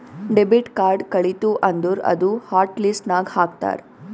debit card ಕಳಿತು ಅಂದುರ್ ಅದೂ ಹಾಟ್ ಲಿಸ್ಟ್ ನಾಗ್ ಹಾಕ್ತಾರ್